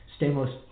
Stamos